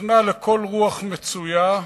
נכנע לכל רוח מצויה,